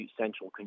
central